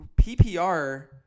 PPR